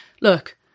look